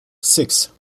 six